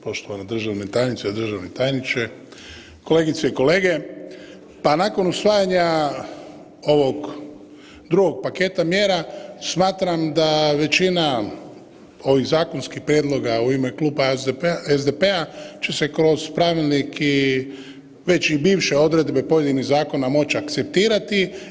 Poštovana državna tajnice, državni tajniče, kolegice i kolege, pa nakon usvajanja ovog drugog paketa mjera smatram da većina ovih zakonskih prijedloga u ime Kluba SDP-a će se kroz pravilnik i već i bivše odredbe pojedinih zakona moći akceptirati.